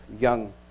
young